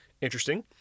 interesting